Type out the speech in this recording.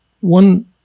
one